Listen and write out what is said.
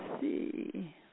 see